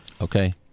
Okay